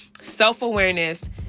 self-awareness